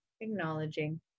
acknowledging